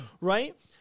right